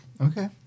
Okay